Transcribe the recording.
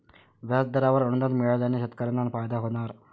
व्याजदरावर अनुदान मिळाल्याने शेतकऱ्यांना फायदा होणार